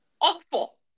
Awful